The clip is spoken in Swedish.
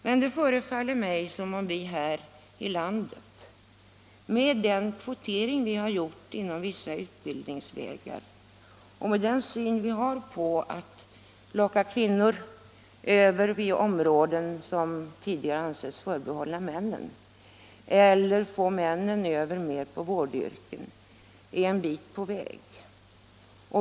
Men det förefaller mig som om vi här i landet med den kvotering vi gjort inom vissa utbildningsvägar och med den syn vi har på att locka kvinnor över till områden som tidigare ansetts förbehållna männen eller att få männen att t.ex. övergå mer till vårdyrken har kommit en bit på väg.